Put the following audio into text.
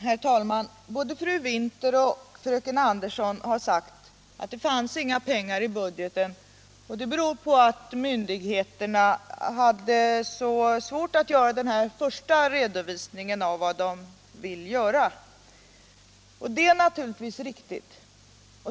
Herr talman! Både fru Winther och fröken Andersson har sagt att inga pengar anvisades i budgeten, vilket berodde på att myndigheterna hade så svårt att göra en första redovisning av vad man skulle åstadkomma, och det är naturligtvis riktigt.